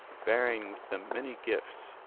bearing with them many gifts,